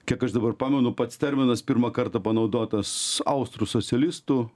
kiek aš dabar pamenu pats terminas pirmą kartą panaudotas austrų socialistų